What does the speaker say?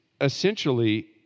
essentially